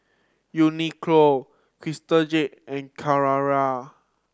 Uniqlo Crystal Jade and Carrera